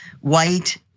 white